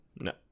No